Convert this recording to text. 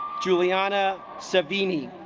juliana sabini